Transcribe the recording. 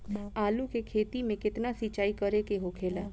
आलू के खेती में केतना सिंचाई करे के होखेला?